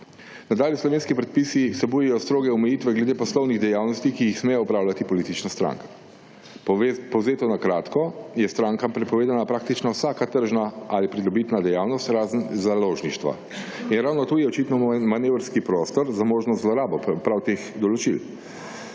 Nadalje slovenski predpisi vsebujejo stroge omejitve glede poslovnih dejavnosti, ki jih smejo opravljati politična stranka. Povzeto na kratko, je strankam prepovedana praktično vsaka tržna ali pridobitna dejavnost, razen založništva. In ravno tukaj je očitno moj manevrski prostor za možno zlorabo prav teh določil.